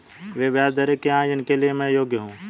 वे ब्याज दरें क्या हैं जिनके लिए मैं योग्य हूँ?